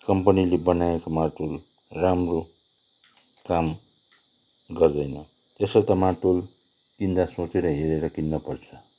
कम्पनीले बनाएको मार्तोल राम्रो काम गर्दैन त्यसर्थ मार्तोल किन्दा सोचेर हेरेर किन्नुपर्छ